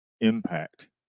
impact